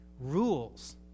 rules